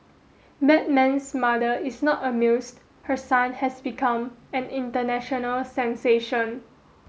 Batman's mother is not amused her son has become an international sensation